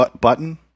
button